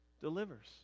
delivers